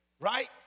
right